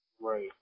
Right